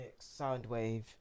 Soundwave